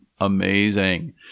amazing